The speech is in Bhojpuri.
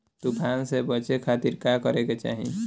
तूफान से बचे खातिर का करे के चाहीं?